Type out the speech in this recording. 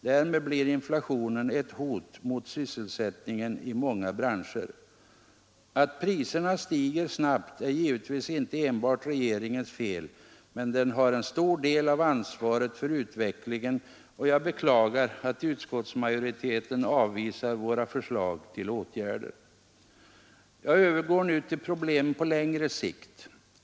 Därmed blir inflationen ett hot mot sysselsättningen i många branscher. Att priser stiger snabbt är givetvis inte enbart regeringens fel — men den har en stor del av ansvaret för utvecklingen och jag beklagar att utskottsmajoriteten avvisar vårt förslag till åtgärder. Jag övergår nu till problemen på längre sikt.